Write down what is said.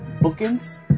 bookings